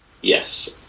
Yes